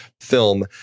film